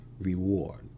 reward